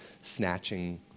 snatching